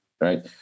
right